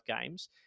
games